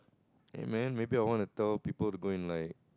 hey man maybe I wanna tell people to go and like